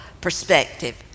perspective